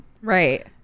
Right